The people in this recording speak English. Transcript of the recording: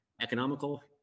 economical